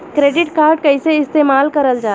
Credit card कईसे इस्तेमाल करल जाला?